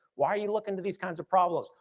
why are you looking to these kinds of problems?